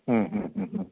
ഉം ഉം ഉം